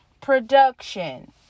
production